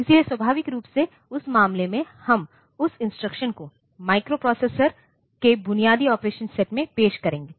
इसलिए स्वाभाविक रूप से उस मामले में हम उस इंस्ट्रक्शन को माइक्रोप्रोसेसर बुनियादी ऑपरेशन सेट में पेश करेंगे